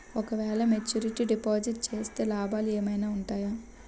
ఓ క వేల maturity deposit చేస్తే లాభాలు ఏమైనా ఉంటాయా?